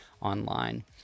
online